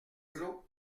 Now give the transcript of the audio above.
clos